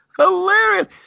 hilarious